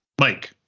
Mike